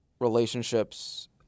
relationships